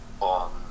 on